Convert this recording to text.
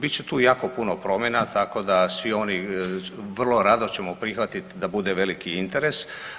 Bit će tu jako puno promjena, tako da svi oni vrlo rado ćemo prihvatiti da bude veliki interes.